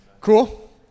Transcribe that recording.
cool